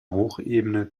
hochebene